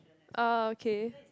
uh okay